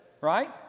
right